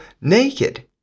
naked